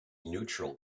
neutral